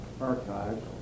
archives